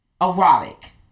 erotic